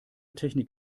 technik